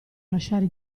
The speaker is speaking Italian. lasciare